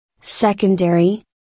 Secondary